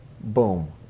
Boom